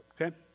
okay